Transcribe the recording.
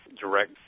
direct